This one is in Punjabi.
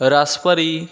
ਰਸ ਭਰੀ